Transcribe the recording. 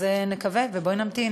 אז נקווה, ובואי נמתין.